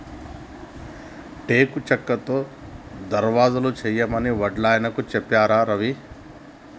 టేకు చెక్కతో దర్వాజలు చేయమని వడ్లాయనకు చెప్పారా రవి